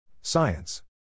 Science